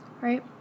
Right